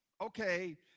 okay